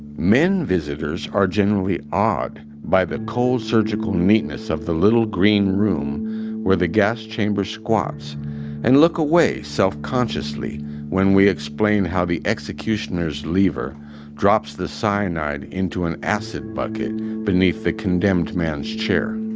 men visitors are generally awed by the cold surgical neatness of the little green room where the gas chamber squats and look away self-consciously when we explain how the executioner's lever drops the cyanide into an acid bucket beneath the condemned man's chair.